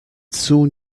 soon